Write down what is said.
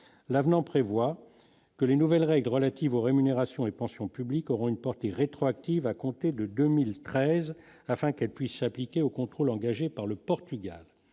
l'avenant prévoit que les nouvelles règles relatives aux rémunérations et pensions publiques auront une portée rétroactive à compter de 2013 afin qu'elle puisse s'appliquer aux contrôles engagés par le Portugal,